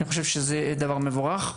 אני חושב שזה דבר מבורך,